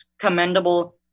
commendable